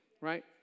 right